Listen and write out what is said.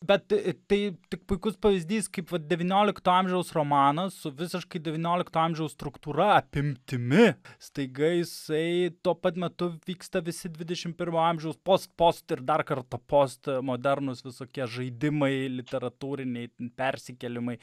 bet tai tik puikus pavyzdys kaip vat devyniolikto amžiaus romanas su visiškai devyniolikto amžiaus struktūra apimtimi staiga jisai tuo pat metu vyksta visi dvidešimt pirmo amžiaus post post ir dar kartą post modernūs visokie žaidimai literatūriniai persikėlimai